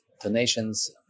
donations